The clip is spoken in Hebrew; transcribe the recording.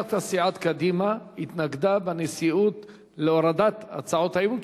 דווקא סיעת קדימה התנגדה בנשיאות להורדת הצעות האי-אמון,